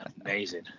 Amazing